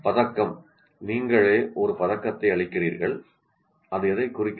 பதக்கம் நீங்களே ஒரு பதக்கத்தை அளிக்கிறீர்கள் அது எதைக் குறிக்கிறது